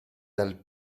dal